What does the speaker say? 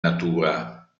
natura